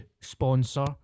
sponsor